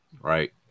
right